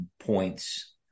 points